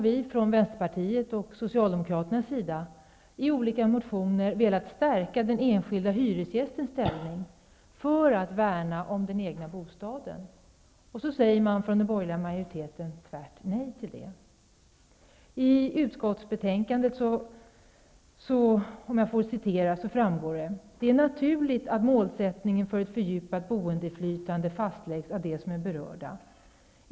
Vi i Vänsterpartiet och Socialdemokraterna har genom olika motioner velat stärka den enskilde hyresgästens ställning för att värna om den egna bostaden. Men det säger den borgerliga majoriteten tvärt nej till. Av utskottsbetänkandet framgår det: ''Det är naturligt att målsättningen för ett fördjupat boendeinflytande fastläggs av de som är berörda.